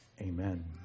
amen